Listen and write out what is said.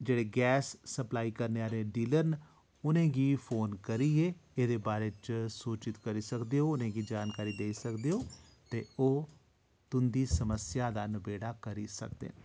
जेह्ड़े gas supply करने आह्ले डीलर न उ'नेंगी फोन करियै एह्दे बारै च सूचित करी सकदे ओ उ'नेंगी जानकारी देई सकदे ओ ते ओह् तुं'दी समस्या दा नबेड़ा करी सकदे न